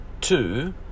two